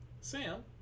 Sam